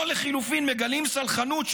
או לחלופין מגלים סלחנות,